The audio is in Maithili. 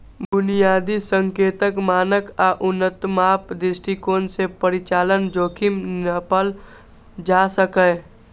बुनियादी संकेतक, मानक आ उन्नत माप दृष्टिकोण सं परिचालन जोखिम नापल जा सकैए